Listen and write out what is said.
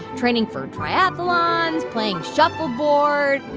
training for triathlons, playing shuffleboard,